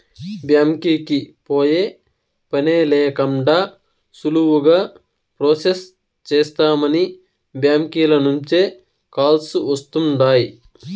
బ్యాంకీకి పోయే పనే లేకండా సులువుగా ప్రొసెస్ చేస్తామని బ్యాంకీల నుంచే కాల్స్ వస్తుండాయ్